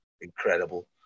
incredible